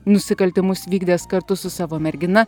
nusikaltimus vykdęs kartu su savo mergina